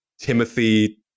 timothy